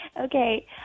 Okay